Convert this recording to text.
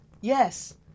Yes